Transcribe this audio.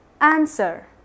Answer